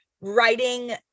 writing